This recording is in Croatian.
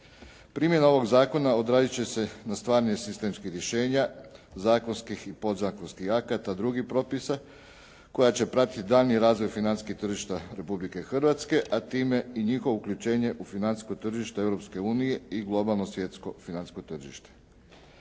Primjena ovog zakona odrazit će se na stvarnija sistemskih rješenja, zakonskih i podzakonski akata, drugih propisa koja će pratiti daljnji razvoj financijskih tržišta Republike Hrvatske, a time i njihovo uključenje u financijsko tržište Europske unije i globalno svjetsko financijsko tržište.